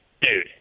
dude